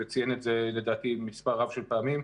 וציין את זה מספר רב של פעמים,